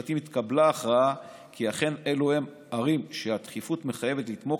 התקבלה ההכרעה כי אכן אלו הן ערים שהדחיפות מחייבת לתמוך